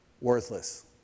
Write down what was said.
worthless